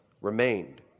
remained